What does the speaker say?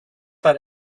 that